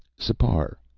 sipar,